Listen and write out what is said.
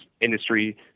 Industry